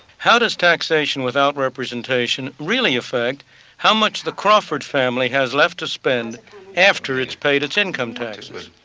how does taxation without representation really affect how much the crawford family has left to spend after it's paid its income taxes?